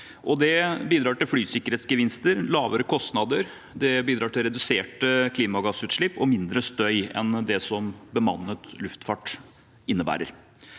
Det bidrar til flysikkerhetsgevinster og lavere kostnader, og det bidrar til reduserte klimagassutslipp og mindre støy enn det bemannet luftfart innebærer.